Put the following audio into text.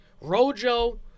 Rojo